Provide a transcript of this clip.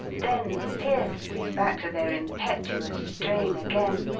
then fiercely back to their impetuous strain again,